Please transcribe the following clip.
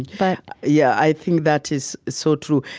but, yeah, i think that is so true.